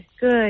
good